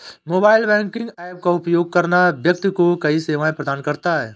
mobile banking app का उपयोग करना व्यक्ति को कई सेवाएं प्रदान करता है